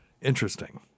Interesting